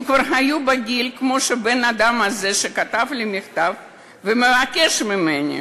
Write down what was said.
הם כבר היו בגיל כמו האדם הזה שכתב לי את המכתב ומבקש ממני